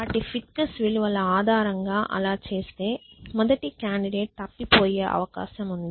వాటి ఫిట్నెస్ విలువల ఆధారంగా అలా చేస్తే మొదటి కాండిడేట్ తప్పిపోయే అవకాశం ఉంది